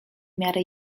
miarę